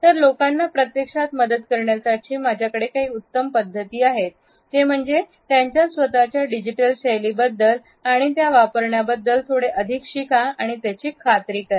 तर लोकांना प्रत्यक्षात मदत करण्यासाठी माझ्याकडे काही उत्तम पद्धती आहेत ते म्हणजे त्यांच्या स्वत च्या डिजिटल शैलीबद्दल आणि त्या वापरण्याबद्दल थोडे अधिक शिका आणि त्याची खात्री करा